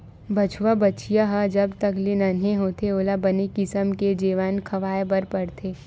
बछवा, बछिया ह जब तक ले नान्हे होथे ओला बने किसम के जेवन खवाए बर परथे